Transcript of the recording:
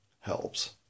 helps